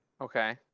Okay